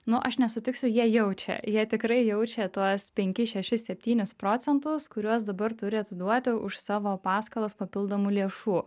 nu aš nesutiksiu jie jaučia jie tikrai jaučia tuos penkis šešis septynis procentus kuriuos dabar turi atiduoti už savo paskolas papildomų lėšų